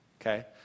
Okay